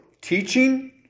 Teaching